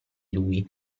lui